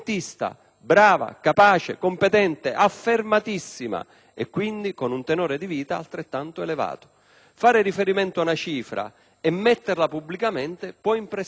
brava, capace, competente, affermatissima e quindi con un tenore di vita altrettanto elevato. Rimandare a una cifra e renderla pubblica può impressionare,